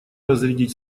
разрядить